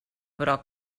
però